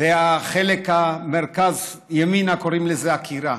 ובחלק המרכז ימינה קוראים לזה עקירה.